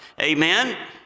Amen